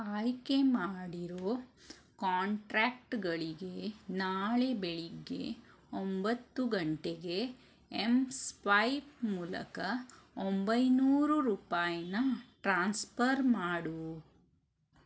ಆಯ್ಕೆ ಮಾಡಿರೊ ಕಾಂಟ್ರ್ಯಾಕ್ಟ್ಗಳಿಗೆ ನಾಳೆ ಬೆಳಿಗ್ಗೆ ಒಂಬತ್ತು ಗಂಟೆಗೆ ಎಂ ಸ್ವೈಪ್ ಮೂಲಕ ಒಂಬೈನೂರು ರೂಪಾಯನ್ನ ಟ್ರಾನ್ಸ್ಫರ್ ಮಾಡು